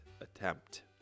attempt